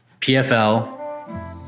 PFL